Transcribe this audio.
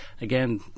again